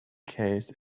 case